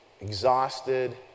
exhausted